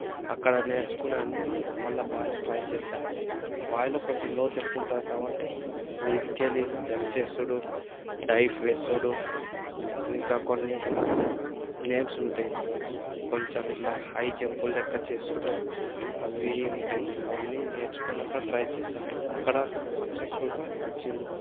అక్కడ నేర్చుకున్నవి అన్నీ మళ్ళీ బావిలో ట్రై చేసా బావిలో కొంచెం లోతు ఎక్కువ ఉంటుంది కాబట్టి మీదినుంచి జంప్ చేసుడు డైవ్ వేసుడు ఇంకా కొన్ని నేమ్స్ ఉంటాయి కొంచెం ఇట్లా హై జంప్ లెక్క చేసుడు అవి ఉంటాయి అవన్నీ నేర్చుకొని అక్కడ ట్రై చేసా అక్కడ సక్సెస్ఫుల్గా వచ్చింది